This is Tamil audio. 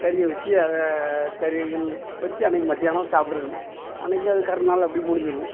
கறியை வச்சு அத சரியா ல் வச்சு அன்னைக்கு மத்தியானம் சாப்பிட்றது அன்னைக்கு அது கருநாள் அப்படி முடிஞ்சிவிடும்